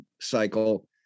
cycle